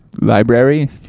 library